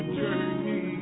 journey